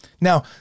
Now